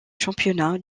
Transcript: championnats